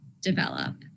develop